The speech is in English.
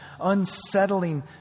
unsettling